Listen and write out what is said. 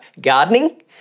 gardening